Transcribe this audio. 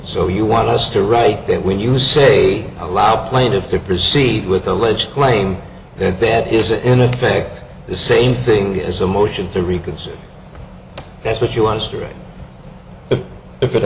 so you want us to write that when you say allow plaintiff to proceed with alleged claim that that is in effect the same thing as a motion to reconsider that's what you want to store it if it